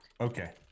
Okay